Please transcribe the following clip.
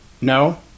No